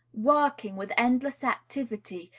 working, with endless activity,